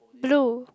blue